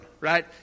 right